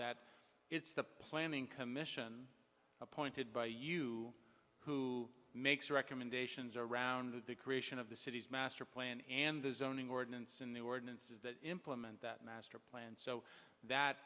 that it's the planning commission appointed by you who makes recommendations around the creation of the city's master plan and the zoning ordinance in the ordinances that implement that master plan so that